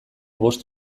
bost